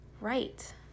right